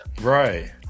right